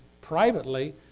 privately